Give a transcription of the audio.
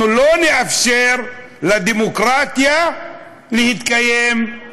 אנחנו לא נאפשר לדמוקרטיה להתקיים.